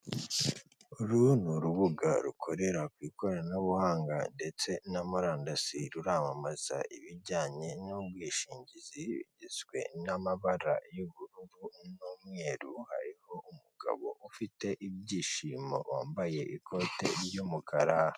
Uru ni urubuga rukorera ku ikoranabuhanga ndetse na murandasi, ruramamaza ibijyanye n'ubwishingizi, rugizwe n'amabara y'ubururu n'umweru, hariho umugabo ufite ibyishimo, wambaye ikote ry'umukara.